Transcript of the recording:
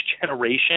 generation